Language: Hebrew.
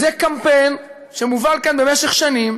זה קמפיין שמובל כאן במשך שנים,